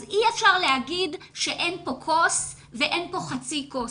אז אי אפשר להגיד שאין פה כוס ואין פה חצי כוס.